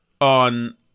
on